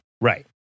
right